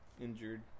injured